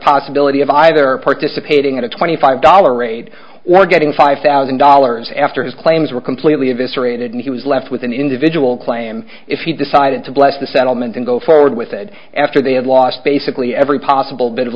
possibility of either participating in a twenty five dollar raid or getting five thousand dollars after his claims were completely eviscerated and he was left with an individual claim if he decided to bless the settlement and go forward with it after they had lost basically every possible bit of